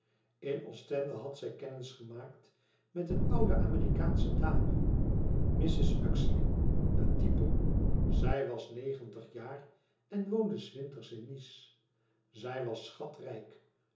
in ostende had zij kennis gemaakt met eene oude amerikaansche dame mrs uxeley een type zij was negentig jaar en woonde s winters in nice zij was schat